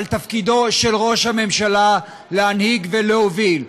אבל תפקידו של ראש הממשלה להנהיג ולהוביל.